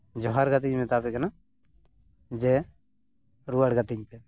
ᱡᱚᱦᱟᱨ ᱠᱟᱛᱤᱧ ᱢᱮᱛᱟᱯᱮ ᱠᱟᱱᱟ ᱡᱮ ᱨᱩᱣᱟᱹᱲ ᱠᱟᱹᱛᱤᱧ ᱯᱮ